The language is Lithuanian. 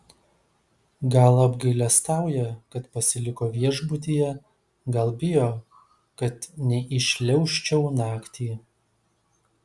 gal apgailestauja kad pasiliko viešbutyje gal bijo kad neįšliaužčiau naktį